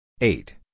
eight